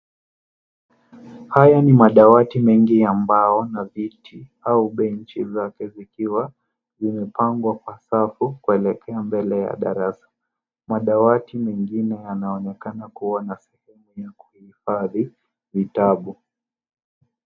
Haya ni madawati mengi ya mbao na viti au benchi zake zikiwa zimepangwa kwa safu kuelekea mbele ya darasa. Madawati mengine yanaonekana kuwa na sehemu ya kuhifadhi vitabu.